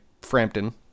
Frampton